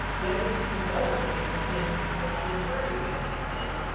whether you can vote, whether you can sit on a jury, whether you can